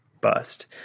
Bust